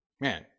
man